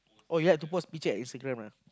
oh you had to post picture at Instagram ah